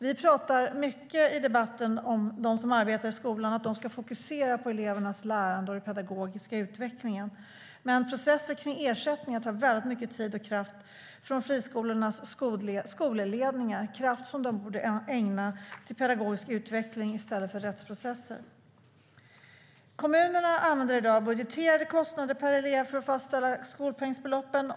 Vi pratar mycket i debatten om att de som arbetar i skolan ska fokusera på elevernas lärande och den pedagogiska utvecklingen. Men processer kring ersättningar tar mycket tid och kraft från friskolornas skolledningar. Det är kraft som borde ägnas åt pedagogisk utveckling i stället för rättsprocesser. Kommunerna använder i dag budgeterade kostnader per elev för att fastställa skolpengsbeloppen.